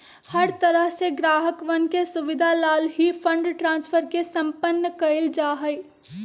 हर तरह से ग्राहकवन के सुविधा लाल ही फंड ट्रांस्फर के सम्पन्न कइल जा हई